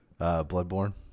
Bloodborne